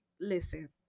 listen